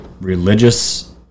religious